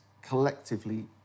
collectively